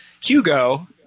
Hugo